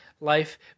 life